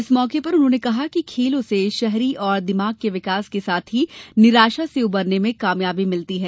इस मौके पर उन्होंने कहा कि खेलों से शहरी और दिमाग के विकास के साथ ही निराशा से उबरने में कामयाबी मिलती है